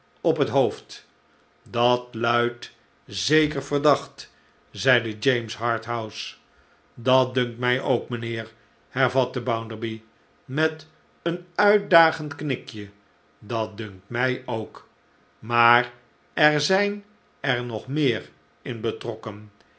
op het hoofd dat luidt zeker verdacht zeide james harthouse dat dunkt mij ook mijnheer hervatte bounderby met een uitdagend knikje dat dunkt mij ook maar er zijn er nog meer in betrokken